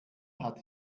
hat